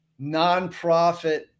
nonprofit